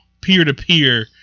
Peer-to-peer